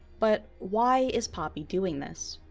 but why is poppy doing this?